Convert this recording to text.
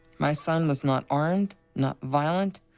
my son was not armed, not violent,